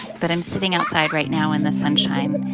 but i'm sitting outside right now in the sunshine,